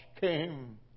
came